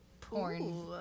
porn